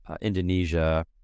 indonesia